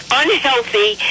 unhealthy